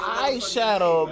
eyeshadow